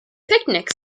picnic